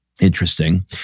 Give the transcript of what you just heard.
interesting